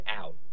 out